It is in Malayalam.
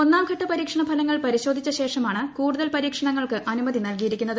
ഒന്നാംഘട്ട പരീക്ഷണ ഫലങ്ങൾ പരിശോധിച്ച ശേഷമാണ് കൂടുതൽ പരീക്ഷണങ്ങൾക്ക് അനുമതി നൽകിയിരിക്കുന്നത്